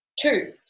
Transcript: Two